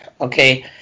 okay